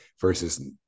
versus